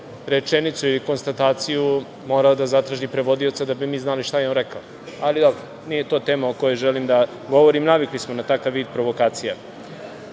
rečenicu i konstataciju morao da zatraži prevodioca da bi mi znali šta je on rekao. Ali, dobro. Nije to tema o kojoj želim da govorim. Navikli smo na takav vid provokacija. Poštovani